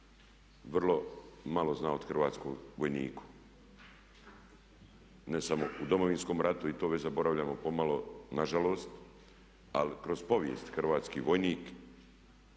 vrlo malo zna o hrvatskom vojniku, ne samo u Domovinskom ratu. I to već zaboravljamo pomalo nažalost. Ali kroz povijest hrvatski vojnik